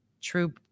true